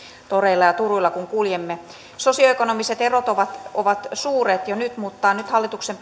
toreilla ja turuilla kun kuljemme sosioekonomiset erot ovat ovat suuret jo nyt mutta nyt hallituksen